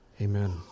Amen